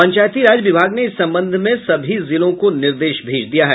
पंचायती राज विभाग ने इस संबंध में सभी जिलों को निर्देश भेज दिया है